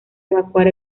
evacuar